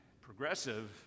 progressive